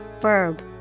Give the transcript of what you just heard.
verb